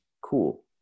Cool